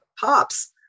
POPs